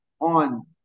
on